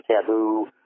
taboo